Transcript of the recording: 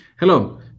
Hello